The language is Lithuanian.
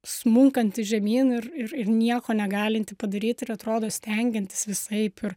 smunkantį žemyn ir ir ir nieko negalintį padaryti ir atrodo stengiantis visaip ir